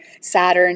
Saturn